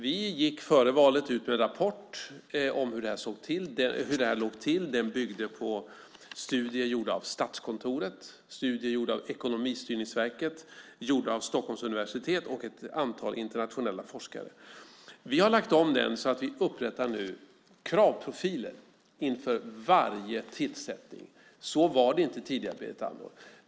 Vi gick före valet ut med en rapport om hur det låg till. Den byggde på studier gjorda av Statskontoret, Ekonomistyrningsverket, Stockholms universitet och ett antal internationella forskare. Vi har lagt om politiken så att vi nu upprättar kravprofiler inför varje tillsättning. Så var det inte tidigare, Berit Andnor.